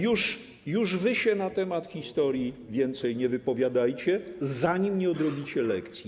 Już wy się na temat historii więcej nie wypowiadajcie, zanim nie odrobicie lekcji.